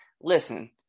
Listen